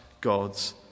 God's